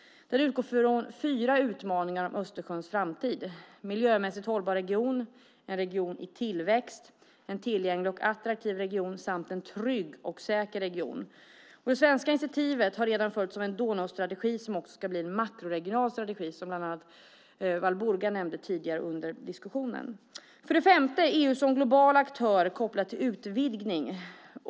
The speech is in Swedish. Den utgår från fyra utmaningar om Östersjöns framtid: miljömässigt hållbar region, en region i tillväxt, en tillgänglig och attraktiv region samt en trygg och säker region. Det svenska initiativet har redan följts av en Donaustrategi som ska bli en makroregional strategi som bland annat Walburga nämnde tidigare under diskussionen. För det femte handlar det om EU som global aktör kopplat till utvidgning.